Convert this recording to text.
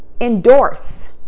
endorse